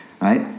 right